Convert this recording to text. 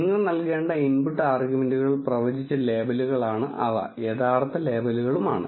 നിങ്ങൾ നൽകേണ്ട ഇൻപുട്ട് ആർഗ്യുമെന്റുകൾ പ്രവചിച്ച ലേബലുകലാണ് അവ യഥാർത്ഥ ലേബലുകളുമാണ്